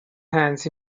hands